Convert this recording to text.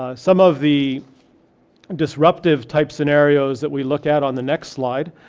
ah some of the disruptive type scenarios that we look at on the next slide.